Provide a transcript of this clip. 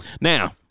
now